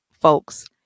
folks